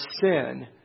sin